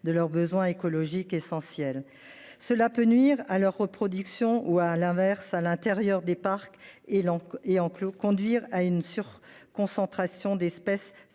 de leurs besoins écologiques essentiel. Cela peut nuire à leur reproduction ou à l'inverse à l'intérieur des parcs et on et en cloud conduire à une sur-concentration d'espèces